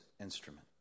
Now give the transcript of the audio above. instrument